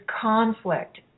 conflict